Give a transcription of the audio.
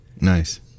Nice